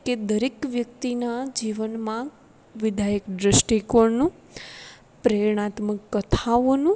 કે દરેક વ્યક્તિનાં જીવનમાં વિધાયક દૃષ્ટિકોણનું પ્રેરણાત્મક કથાઓનું